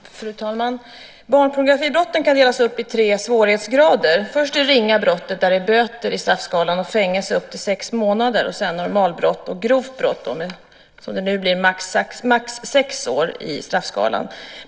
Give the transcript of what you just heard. Fru talman! Barnpornografibrott kan delas upp i tre svårighetsgrader. Först det ringa brottet med böter eller fängelse upp till sex månader i straffskalan. Sedan kommer normalbrott och grovt brott med, som det nu blir, max sex år i straffskalan.